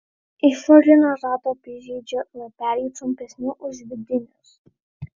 išorinio rato apyžiedžio lapeliai trumpesni už vidinius